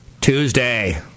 tuesday